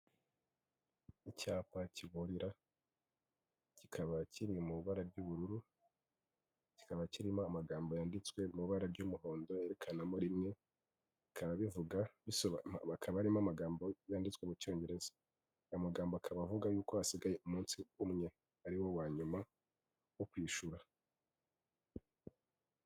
Icyapa kiburira kikaba kiri mu ibara ry'ubururu kikaba kirimo amagambo yanditswe mu ibara ry'umuhondo yerekanamo rimwe bikaba bivuga bisoba bakaba harimo amagambo yanditswe mu cyongereza aya magambo akaba avuga yuko hasigaye umunsi umwe ari wo nyuma wo kwishura.